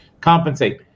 compensate